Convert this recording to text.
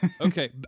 Okay